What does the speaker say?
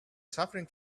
suffering